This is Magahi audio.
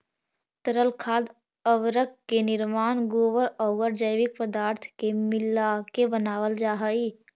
तरल खाद उर्वरक के निर्माण गोबर औउर जैविक पदार्थ के मिलाके बनावल जा हई